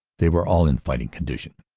they were all in fighting condition.